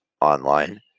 online